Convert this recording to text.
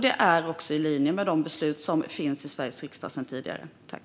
Detta är också i linje med de beslut som tidigare fattats i Sveriges riksdag.